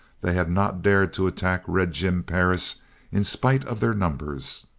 they had not dared to attack red jim perris in spite of their numbers!